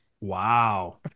Wow